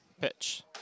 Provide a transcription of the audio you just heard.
Pitch